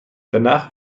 danach